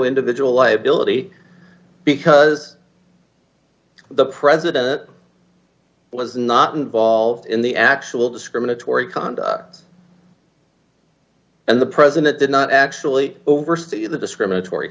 individual liability because the president was not involved in the actual discriminatory conduct and the president did not actually oversee the discriminatory